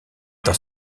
dans